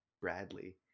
Bradley